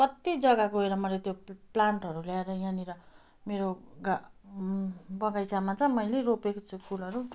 कति जग्गा गएर मैले त्यो प्लान्टहरू ल्यााएर यहाँनिर मेरो गा बगैँचामा छ मैले रोपेको छु फुलहरू